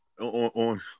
on